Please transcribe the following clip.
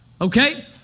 Okay